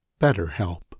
BetterHelp